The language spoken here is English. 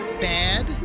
bad